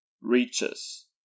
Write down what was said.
reaches